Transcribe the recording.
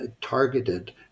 targeted